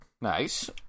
Nice